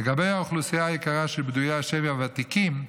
לגבי האוכלוסייה היקרה של פדויי השבי הוותיקים,